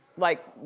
like,